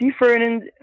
different